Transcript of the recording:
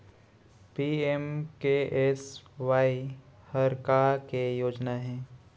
PMKSY हर का के योजना हे?